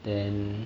then